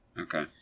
okay